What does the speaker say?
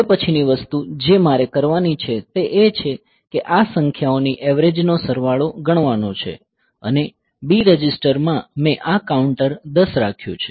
હવે પછીની વસ્તુ જે મારે કરવાની છે તે એ છે કે આ સંખ્યાઓની એવરેજ નો સરવાળો ગણવાનો છે અને B રજિસ્ટર માં મેં આ એકાઉન્ટ ૧૦ રાખ્યું છે